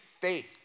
faith